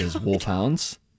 Wolfhounds